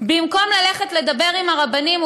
במקום ללכת ולדבר עם הרבנים,